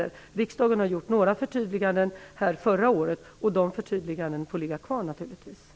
Riksdagen har gjort några förtydliganden förra året, och dessa får naturligtvis ligga kvar i propositionen.